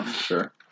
Sure